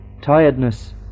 tiredness